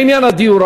לעניין הדיור.